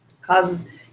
causes